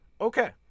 Okay